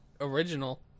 Original